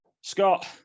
scott